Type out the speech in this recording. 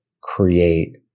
create